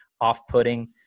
off-putting